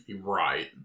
Right